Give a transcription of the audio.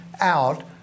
out